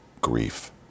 grief